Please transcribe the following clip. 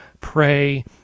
pray